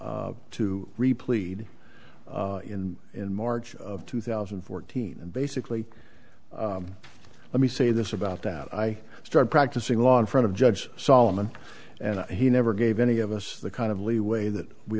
tour to repleat in in march of two thousand and fourteen and basically let me say this about that i start practicing law in front of judge solomon and he never gave any of us the kind of leeway that we